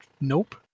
Nope